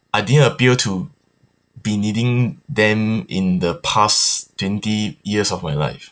I didn't appear to be needing them in the past twenty years of my life